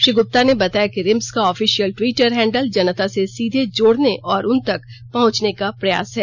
श्री गुप्ता ने बताया कि रिम्स का ऑफिशियल टिवीटर हैंडल जनता से सीधे जोड़ने और उनतक पहुंचने का प्रयास है